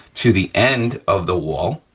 to the end of the wall,